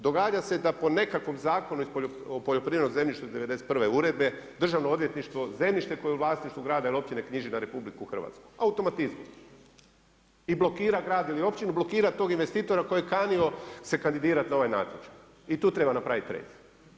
Događa se da po nekakvom Zakonu o poljoprivrednom zemljištu iz 91. … Državno odvjetništvo zemljište koje je u vlasništvu grada ili općine knjiži na RH, automatizmom i blokira grad ili općinu, blokira tog investitora koji je kanio se kandidirati na ovaj natječaj i tu treba napraviti rez.